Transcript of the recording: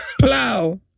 Plow